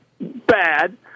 bad